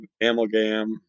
amalgam